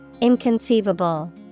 Inconceivable